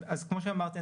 כמו שאמרתי,